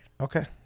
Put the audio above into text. okay